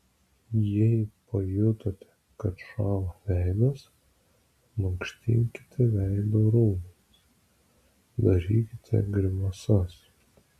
jei pajutote kad šąla veidas mankštinkite veido raumenis darykite grimasas